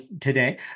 today